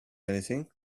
anything